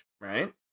right